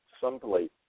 someplace